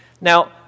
Now